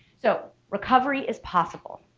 so, recovery is possible.